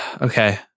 Okay